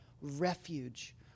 refuge